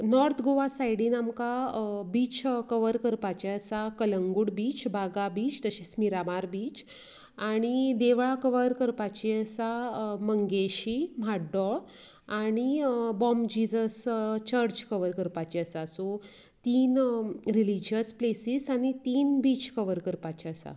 north Goa सायडीन आमकां beach cover करपाचे आसा कलंगूट बीच बागा बीच तशेंच मिरामार बीच आनी देवळां कवर करपाची आसात मंगेशी म्हाड्डोळ आनी बॉम जिजस चर्च कवर करपाची आसा सो तीन रिलिजियस प्लेसिस आनी तीन बीच कवर करपाचे आसा